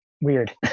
weird